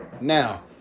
Now